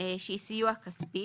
שהיא סיוע כספי,